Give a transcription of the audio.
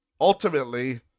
ultimately